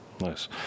Nice